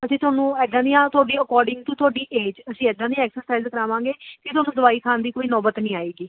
ਅਸੀਂ ਤੁਹਾਨੂੰ ਇੱਦਾਂ ਦੀਆਂ ਤੁਹਾਡੀ ਅਕੋਰਡਿੰਗ ਤੁਹਾਡੀ ਏਜ ਅਸੀਂ ਇੱਦਾਂ ਦੀ ਐਕਸਰਸਾਈਜ਼ ਕਰਾਵਾਂਗੇ ਕਿ ਤੁਹਾਨੂੰ ਦਵਾਈ ਖਾਣ ਦੀ ਕੋਈ ਨੋਬਤ ਨਹੀਂ ਆਏਗੀ